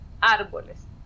árboles